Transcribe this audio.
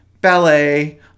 ballet